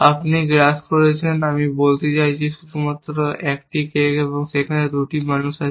আপনি গ্রাস করছেন আমি বলতে চাইছি শুধুমাত্র 1 কেক এবং সেখানে 2 জন মানুষ আছে